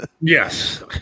Yes